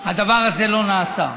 הדבר הזה לא נעשה.